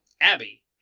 Abby